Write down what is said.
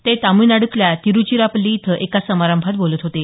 ते तामिळनाडूतल्या तिरुचिरापल्ली इथं एका समारंभात बोलते होते